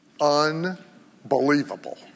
Unbelievable